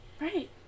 Right